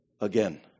again